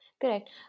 Correct